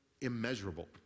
immeasurable